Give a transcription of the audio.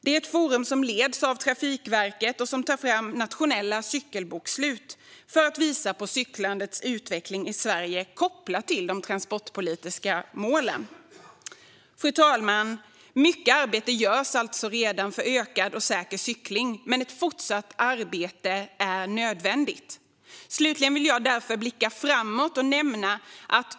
Det är ett forum som leds av Trafikverket och som tar fram nationella cykelbokslut för att visa på cyklandets utveckling i Sverige kopplat till de transportpolitiska målen. Fru talman! Mycket arbete görs alltså redan för ökad och säker cykling, men ett fortsatt arbete är nödvändigt. Jag vill därför avslutningsvis blicka framåt.